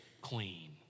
clean